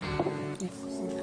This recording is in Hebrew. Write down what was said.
השנים,